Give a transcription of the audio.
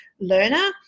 learner